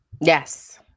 Yes